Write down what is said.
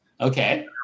Okay